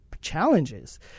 challenges